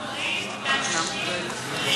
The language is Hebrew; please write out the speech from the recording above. אנשים עם מוגבלויות.